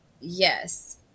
Yes